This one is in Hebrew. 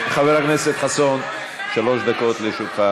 חבר הכנסת חסון, שלוש דקות לרשותך.